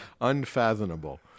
Unfathomable